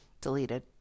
deleted